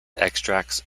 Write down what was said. extracts